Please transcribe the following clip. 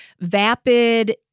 vapid